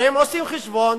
הרי אם עושים חשבון,